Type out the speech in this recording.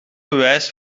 bewijs